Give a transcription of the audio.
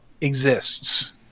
exists